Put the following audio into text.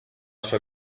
sua